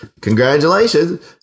Congratulations